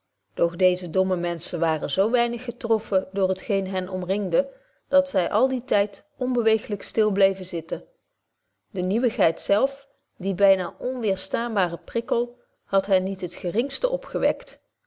doch deeze domme menschen waren zo weinig getroffen door het geen hen omringde dat zy al dien tyd onbeweeglyk stil bleeven zitten de nieuwigheid zelf die bynaar onweêrstaanbare prikkel had hen niet het geringste opgewekt